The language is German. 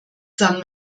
san